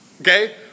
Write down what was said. Okay